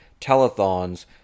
Telethons